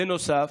בנוסף,